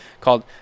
called